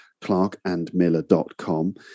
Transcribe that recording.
clarkandmiller.com